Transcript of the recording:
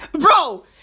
bro